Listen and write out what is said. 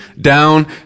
down